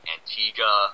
Antigua